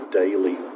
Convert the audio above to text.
daily